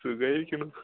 സുഗമായിരിക്കുന്നു